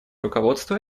руководство